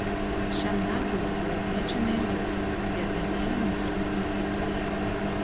šiam darbui mielai kviečiame ir jus gerbiamieji mūsų skaitytojai